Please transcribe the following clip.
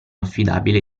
affidabile